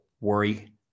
worry